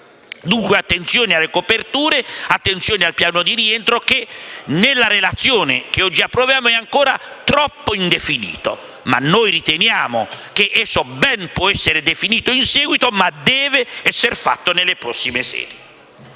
Dunque, attenzione alle coperture e al piano di rientro che nella relazione che oggi approviamo è ancora troppo indefinito, ma che noi riteniamo possa essere ben definito in seguito. Deve però esser fatto nelle prossime sedi.